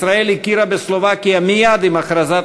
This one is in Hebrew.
ישראל הכירה בסלובקיה מייד עם הכרזת